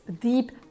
deep